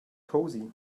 cosy